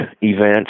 events